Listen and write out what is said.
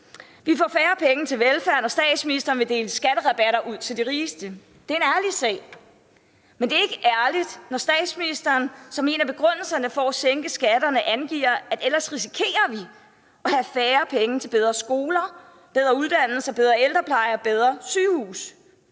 Vi får færre penge til velfærd, når statsministeren vil dele skatterabatter ud til de rigeste. Det er en ærlig sag. Men det er ikke ærligt, når statsministeren som en af begrundelserne for at sænke skatterne angiver, at ellers risikerer vi at have færre penge til bedre skoler, bedre uddannelser, bedre ældrepleje og bedre sygehuse.